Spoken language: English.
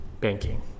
banking